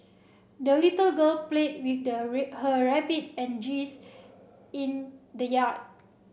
the little girl played with the her rabbit and geese in the yard